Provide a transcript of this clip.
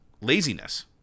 laziness